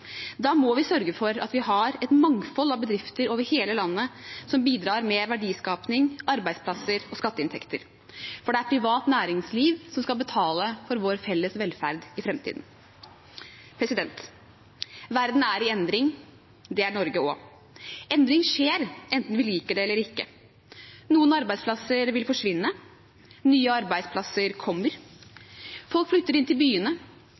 Da må vi sørge for at vi har et mangfold av bedrifter over hele landet som bidrar med verdiskapning, arbeidsplasser og skatteinntekter, for det er privat næringsliv som skal betale for vår felles velferd i framtiden. Verden er i endring. Det er Norge også. Endring skjer, enten vi liker det eller ikke. Noen arbeidsplasser vil forsvinne, nye arbeidsplasser kommer. Folk flytter inn til byene.